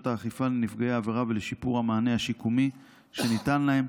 האכיפה לנפגעי העבירה ולשיפור המענה השיקומי שניתן להם.